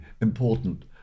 important